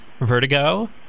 Vertigo